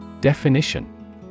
definition